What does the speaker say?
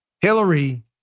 Hillary